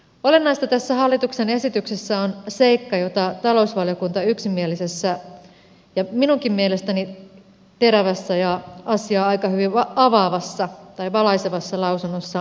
olennaista tässä hallituksen esityksessä on seikka jota talousvaliokunta yksimielisessä ja minunkin mielestäni terävässä ja asiaa aika hyvin valaisevassa lausunnossaan alleviivasi